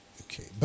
Okay